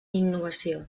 innovació